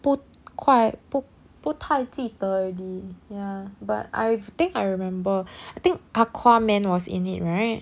不太不不太记得 already ya but I think I remember I think aquaman was in it right